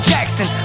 Jackson